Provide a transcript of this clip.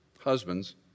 Husbands